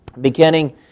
beginning